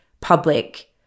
public